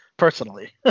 Personally